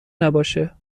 نباشه